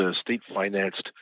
state-financed